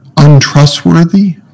untrustworthy